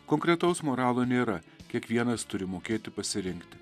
konkretaus moralo nėra kiekvienas turi mokėti pasirinkti